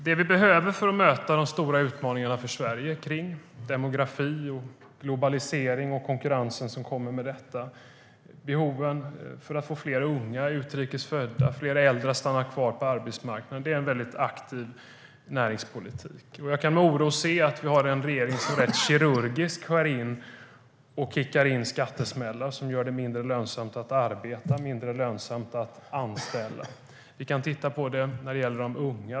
Det vi behöver för att möta de stora utmaningarna för Sverige kring demografi, globalisering och den konkurrens som kommer med detta samt behoven att få fler unga, utrikes födda och äldre att stanna kvar på arbetsmarknaden är en aktiv näringspolitik. Jag kan med oro se att vi har en regering som rätt kirurgiskt kickar in skattesmällar som gör det mindre lönsamt att arbeta och mindre lönsamt att anställa. Vi kan titta på det när det gäller de unga.